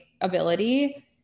ability